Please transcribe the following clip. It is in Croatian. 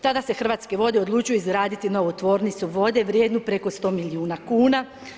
Tada se Hrvatske vode odlučuju izraditi novu tvornicu vode, vrijednu preko 100 milijuna kuna.